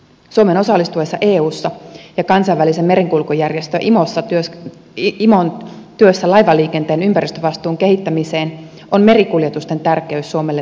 suomen osallistuessa eussa ja kansainvälisen merenkulkujärjestö imon työssä laivaliikenteen ympäristövastuun kehittämiseen on merikuljetusten tärkeys suomelle tunnustettava